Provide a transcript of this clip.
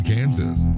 Kansas